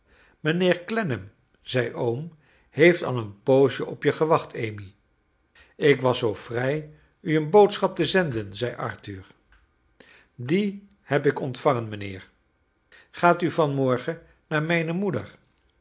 mijnheer clennam zei oom heeft al een poosje op je gewacht amy ik was zoo vrij u een boodschap te zenden zei arthur die heb ik ontvangen mijnheer gaat u van morgen naar mijne moeder